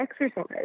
exercise